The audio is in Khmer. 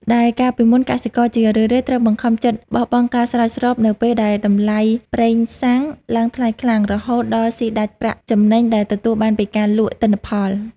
ដែលកាលពីមុនកសិករជារឿយៗត្រូវបង្ខំចិត្តបោះបង់ការស្រោចស្រពនៅពេលដែលតម្លៃប្រេងសាំងឡើងថ្លៃខ្លាំង រហូតដល់ស៊ីដាច់ប្រាក់ចំណេញដែលទទួលបានពីការលក់ទិន្នផល។